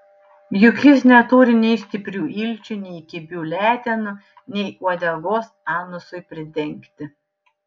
juk jis neturi nei stiprių ilčių nei kibių letenų nei uodegos anusui pridengti